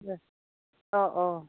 र' अह अह